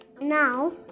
Now